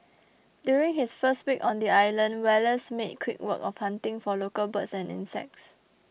during his first week on the island Wallace made quick work of hunting for local birds and insects